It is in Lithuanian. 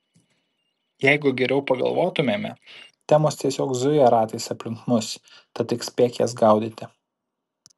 jeigu geriau pagalvotumėme temos tiesiog zuja ratais aplink mus tad tik spėk jas gaudyti